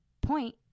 point